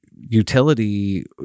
utility